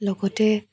লগতে